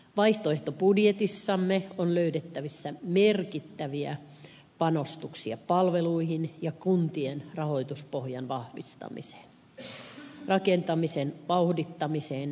vaihtoehtobudjetissamme on löydettävissä merkittäviä panostuksia palveluihin ja kun tien rahoituspohjan vahvistamiseen rakentamisen vauhdittamiseen sekä koulutukseen